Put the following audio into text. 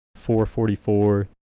444